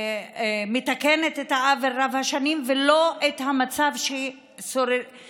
מתקנת את העוול רב-השנים ולא את המצב שקיימים